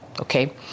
Okay